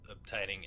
obtaining